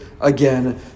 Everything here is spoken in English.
again